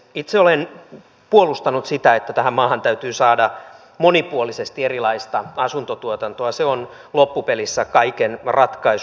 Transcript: itse olen puolustanut sitä että tähän maahan täytyy saada monipuolisesti erilaista asuntotuotantoa se on loppupelissä kaiken ratkaisu